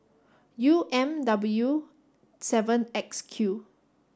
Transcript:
U M W seven X Q